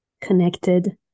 connected